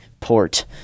port